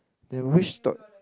then which to~